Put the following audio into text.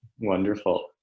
Wonderful